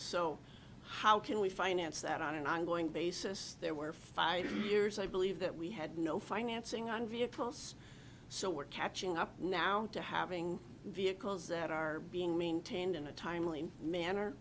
so how can we finance that on an ongoing basis there were five years i believe that we had no financing on vehicles so we're catching up now to having vehicles that are being maintained in a timely m